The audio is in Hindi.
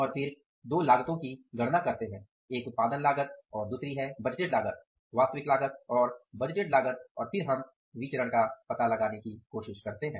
और फिर दो लागतों की गणना करते हैं एक उत्पादन लागत और दूसरी है बजटेड लागत वास्तविक लागत और बजटेड लागत और फिर हम विचरण का पता लगाने की कोशिश करते हैं